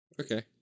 Okay